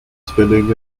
spinning